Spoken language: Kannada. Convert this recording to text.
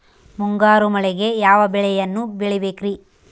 ಮುಂಗಾರು ಮಳೆಗೆ ಯಾವ ಬೆಳೆಯನ್ನು ಬೆಳಿಬೇಕ್ರಿ?